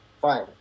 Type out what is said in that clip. fine